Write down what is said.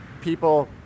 people